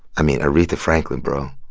i mean, aretha franklin, bro,